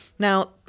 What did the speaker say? Now